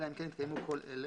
אלא אם כן התקיימו כל אלה: